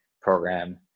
program